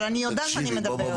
אבל אני יודעת מה אני מדברת.